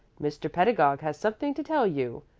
mr. pedagog has something to tell you.